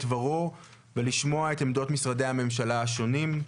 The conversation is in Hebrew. דברו ולשמוע את עמדות משרדי הממשלה השונים.